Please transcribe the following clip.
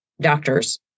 doctors